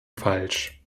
falsch